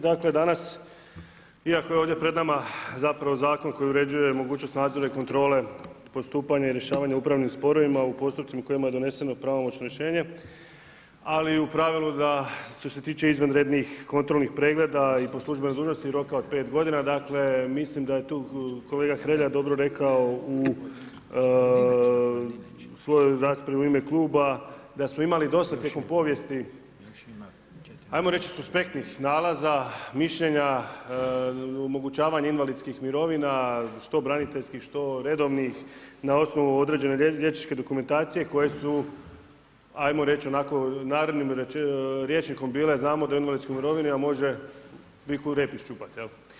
Dakle danas iako je ovdje pred nama zapravo zakon koji uređuje mogućnost nadzora i kontrole postupanja i rješavanja upravnih sporova u postupcima u kojima je doneseno pravomoćno rješenje, ali u pravilu da što se tiče izvanrednih kontrolnih pregleda i po službenoj dužnosti roka od 5 g., dakle mislim da je tu kolega Hrelja dobro rekao u svojoj raspravi u ime kluba da smo imali dosta tijekom povijesti ajmo reći suspektnih nalaza, mišljenja, omogućavanja invalidskih mirovina, što braniteljskih, što redovnih na osnovu određene liječničke dokumentacije koje su, ajmo reći onako narodnim rječnike bile, znamo da je u invalidskoj mirovini a može biku rep iščupati, jel'